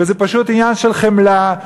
זה פשוט עניין של חמלה.